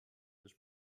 this